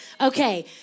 Okay